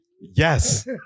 Yes